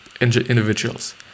individuals